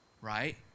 right